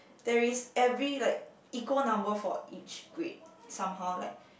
there is every like equal number for each grade somehow like